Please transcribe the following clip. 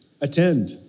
attend